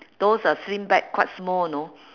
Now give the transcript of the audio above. those uh sling bag quite small know